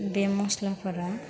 बे मस्लाफोरा